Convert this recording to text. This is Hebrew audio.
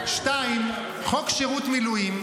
2. חוק שירות מילואים,